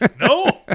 No